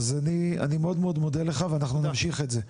אז אני מאוד מודה לך ואנחנו נמשיך את זה.